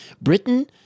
Britain